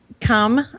come